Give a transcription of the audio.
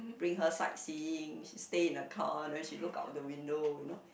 bring her side seeing stay in the car and then she looks up at the window you know